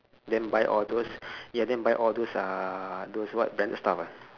then buy all those ya then buy all those uh those what branded stuff ah